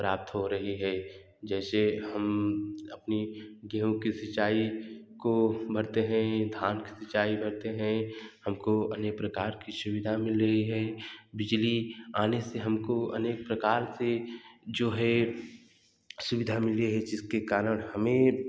प्राप्त हो रही है जैसे हम अपनी गेहूँ की सिंचाई को भरते है धन की सिंचाई करते है हमको अनेक प्रकार सी सुविधा मिल रही है बिजली आने से हमको अनेक प्रकार के जो है सुविधा मिली है जिसके कारण हमें